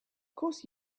course